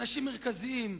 אנשים מרכזיים,